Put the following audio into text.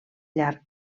llarg